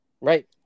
right